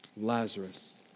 Lazarus